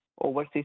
Overseas